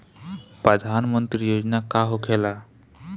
प्रधानमंत्री योजना का होखेला?